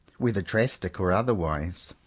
whether drastic or otherwise.